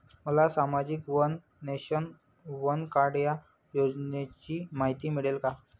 मला सामाजिक one nation, one card या योजनेची माहिती मिळेल का?